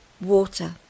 water